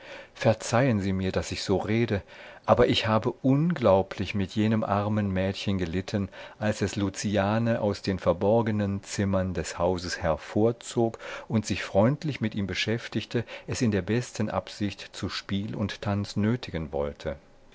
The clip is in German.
verzeihen sie mir daß ich so rede aber ich habe unglaublich mit jenem armen mädchen gelitten als es luciane aus den verborgenen zimmern des hauses hervorzog sich freundlich mit ihm beschäftigte es in der besten absicht zu spiel und tanz nötigen wollte